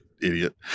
idiot